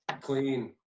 Clean